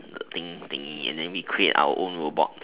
thing things and then we create our own robot